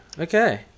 okay